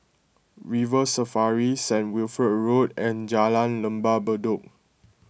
River Safari St Wilfred Road and Jalan Lembah Bedok